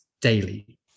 daily